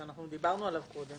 שאתם אומרים